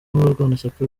abarwanashyaka